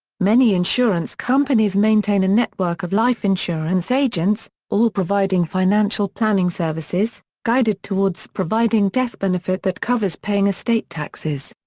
many insurance companies maintain a network of life insurance agents, all providing financial planning services, guided towards providing death benefit that covers paying estate taxes.